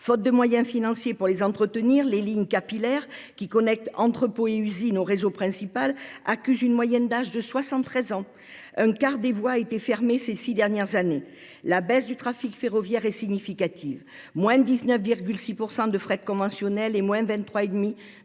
Faute de moyens financiers pour les entretenir, les lignes capillaires qui connectent entrepôts et usines au réseau principal accusent une moyenne d'âge de 73 ans. Un quart des voies a été fermé ces six dernières années. La baisse du trafic ferroviaire est significative. moins de 19,6 % de frais conventionnels et moins 23,5